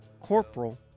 corporal